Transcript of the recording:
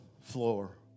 floor